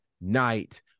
night